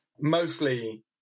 mostly